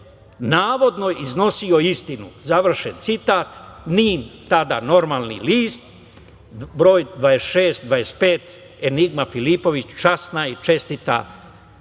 navodno iznosio istinu.“ Završen citat, „NIN“, tada normalni list, broj 26-25, enigma Filipović, časna i čestita